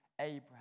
Abraham